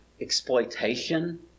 exploitation